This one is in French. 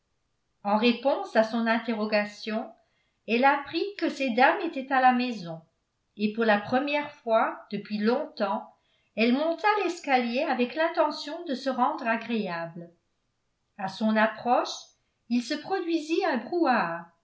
en réponse à son interrogation elle apprit que ces dames étaient à la maison et pour la première fois depuis longtemps elle monta l'escalier avec l'intention de se rendre agréable à son approche il se produisit un